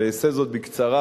ואעשה זאת בקצרה,